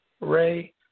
Ray